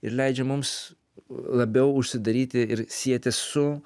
ir leidžia mums labiau užsidaryti ir sietis su